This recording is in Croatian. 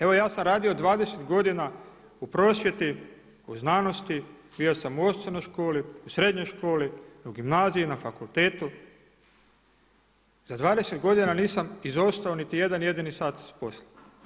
Evo ja sam radio 20 godina u prosvjeti, u znanosti, bio sam u osnovnoj školi, u srednjoj školi, u gimnaziji, na fakultetu, za 20 godina nisam izostao niti jedan jedini sat iz posla.